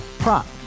Prop